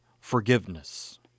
forgiveness